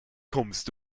kommst